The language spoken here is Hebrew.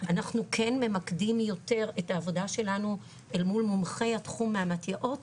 אנחנו כן ממקדים יותר את העבודה שלנו אל מול מומחי התחום מהמתי"אות,